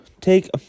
Take